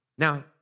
Now